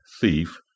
thief